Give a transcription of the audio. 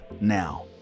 now